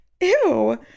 ew